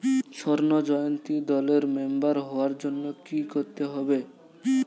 স্বর্ণ জয়ন্তী দলের মেম্বার হওয়ার জন্য কি করতে হবে?